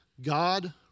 God